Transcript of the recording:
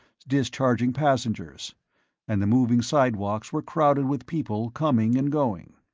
discharging passengers and the moving sidewalks were crowded with people coming and going.